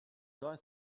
guy